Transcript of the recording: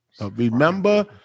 Remember